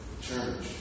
church